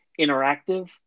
interactive